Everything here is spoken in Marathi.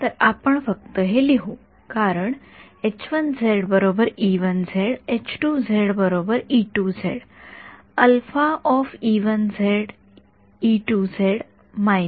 तर आपण फक्त हे लिहू कारण म्हणजे काय